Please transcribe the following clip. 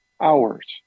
hours